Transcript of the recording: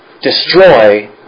destroy